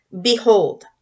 behold